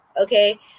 Okay